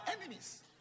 enemies